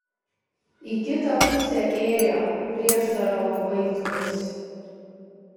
į kitą pusę ėjo prieštaravo vaitkus